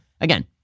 again